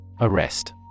Arrest